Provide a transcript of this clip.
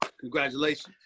congratulations